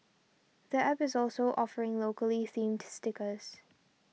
the App is also offering locally themed stickers